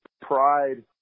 pride